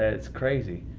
ah it's crazy.